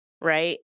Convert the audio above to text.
Right